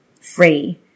free